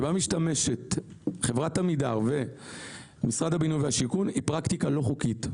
שבה משתמשים חברת עמידר ומשרד הבינוי והשיכון היא פרקטיקה לא חוקית,